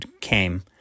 came